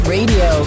Radio